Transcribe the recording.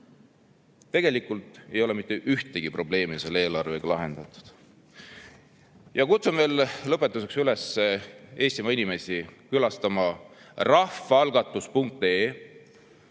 Tegelikult ei ole mitte ühtegi probleemi selle eelarvega lahendatud. Kutsun veel lõpetuseks üles Eestimaa inimesi külastama [lehte] rahvaalgatus.ee,